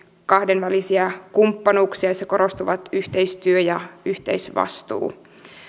kahdenvälisiä kumppanuuksia joissa korostuvat yhteistyö ja yhteisvastuu